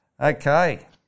Okay